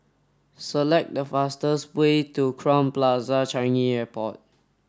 select the fastest way to Crowne Plaza Changi Airport